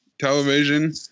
television